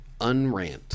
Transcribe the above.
unrant